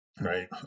right